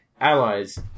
Allies